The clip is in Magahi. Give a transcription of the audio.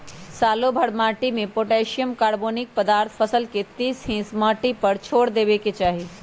सालोभर माटिमें पोटासियम, कार्बोनिक पदार्थ फसल के तीस हिस माटिए पर छोर देबेके चाही